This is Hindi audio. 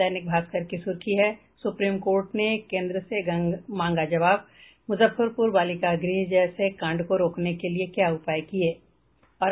दैनिक भास्कर की सुर्खी है सुप्रीम कोर्ट ने कोन्द्र से मांगा जवाब मुजफ्फरपुर बालिका गृह जैसे कांड को रोकने के लिए क्या उपाय किये गये